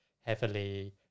heavily